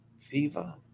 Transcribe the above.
Viva